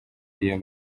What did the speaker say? iyo